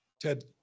Ted